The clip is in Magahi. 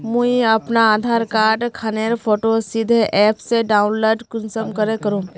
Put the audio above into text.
मुई अपना आधार कार्ड खानेर फोटो सीधे ऐप से डाउनलोड कुंसम करे करूम?